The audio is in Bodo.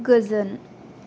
गोजोन